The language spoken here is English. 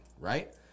right